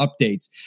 updates